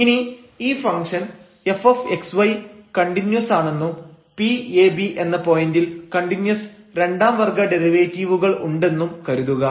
ഇനി ഈ function fxy continuous ആണെന്നും Pab എന്ന പോയന്റിൽ കണ്ടിന്യൂസ് രണ്ടാം വർഗ്ഗ ഡെറിവേറ്റീവുകൾ ഉണ്ടെന്നും കരുതുക